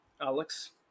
Alex